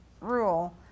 rule